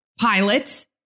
pilots